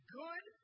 good